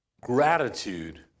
gratitude